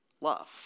love